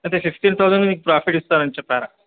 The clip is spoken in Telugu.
అదే ఫిఫ్టీన్ థౌజండ్ మీకు ప్రాఫిట్ ఇస్తారని చెప్పారా